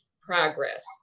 progress